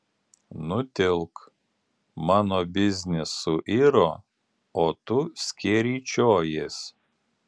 nutilk mano biznis suiro o tu skeryčiojies